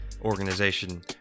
organization